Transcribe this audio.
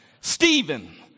Stephen